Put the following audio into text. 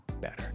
better